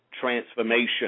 Transformation